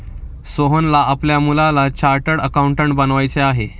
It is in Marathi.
सोहनला आपल्या मुलाला चार्टर्ड अकाउंटंट बनवायचे आहे